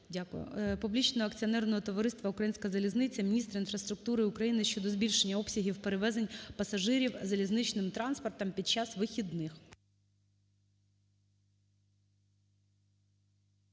Публічного акціонерного товариства "Українська залізниця", міністра інфраструктури України щодо збільшення обсягів перевезень пасажирів залізничним транспортом під час вихідних.